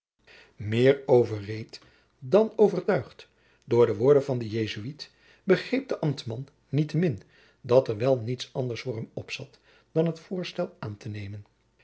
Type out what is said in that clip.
meer overreed dan overtuigd door de woorden van den jesuit begreep de ambtman niettemin dat er wel niet anders voor hem opzat dan het voorstel aan te nemen